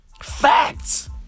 Facts